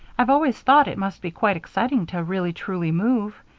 i've always thought it must be quite exciting to really truly move.